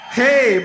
hey